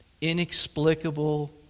inexplicable